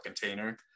container